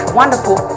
wonderful